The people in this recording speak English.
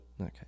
Okay